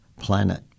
planet